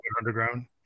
underground